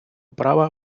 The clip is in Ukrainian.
права